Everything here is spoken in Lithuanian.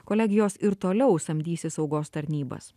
kolegijos ir toliau samdysis saugos tarnybas